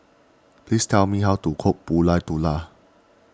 please tell me how to cook Pulut